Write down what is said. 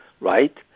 right